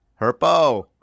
Herpo